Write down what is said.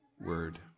word